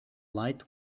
light